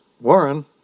warren